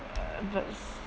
uh but it's